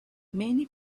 many